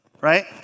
right